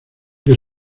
que